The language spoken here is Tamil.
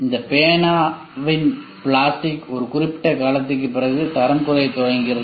இந்த பேனாவின் பிளாஸ்டி ஒரு குறிப்பிட்ட காலத்திற்கு பிறகு தரம் குறைய தொடங்குகிறது